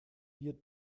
wird